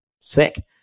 sick